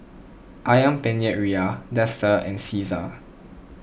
Ayam Penyet Ria Dester and Cesar